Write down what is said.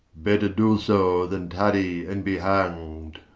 better do so, then tarry and be hang'd